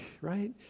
right